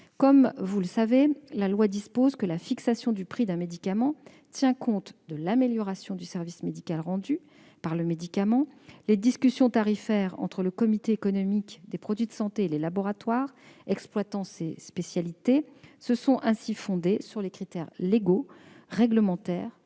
Comme vous le savez, la loi prévoit que la fixation du prix d'un médicament tient compte de l'amélioration du service médical rendu par le médicament. Les discussions tarifaires entre le Comité économique des produits de santé (CEPS) et les laboratoires exploitant ces spécialités se sont ainsi fondées sur les critères légaux, réglementaires